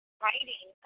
writing